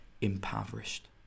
impoverished